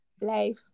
Life